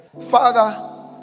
Father